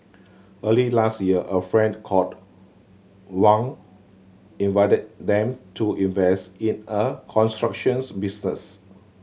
early last year a friend called Wang invited them to invest in a constructions business